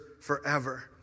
forever